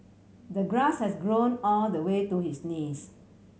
the grass has grown all the way to his knees